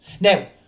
now